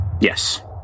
Yes